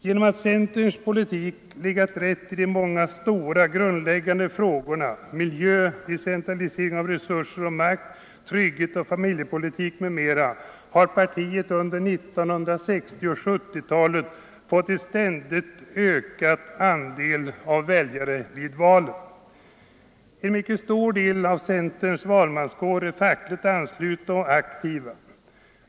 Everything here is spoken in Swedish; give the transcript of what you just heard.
Genom att centerns politik legat rätt i de många stora grundläggande frågorna — miljö, decentralisering av resurser och makt, trygghet, familjepolitik m.m. — har partiet under 1960 och 1970-talen fått en ständigt ökad andel väljare vid valen. Medlemmarna i centerns valmanskår är till mycket stor del fackligt anslutna och aktiva.